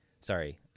Sorry